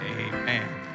amen